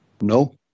no